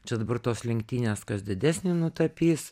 čia dabar tos lenktynės kas didesnį nutapys